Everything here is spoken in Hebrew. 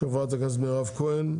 של חברת הכנסת מירב כהן,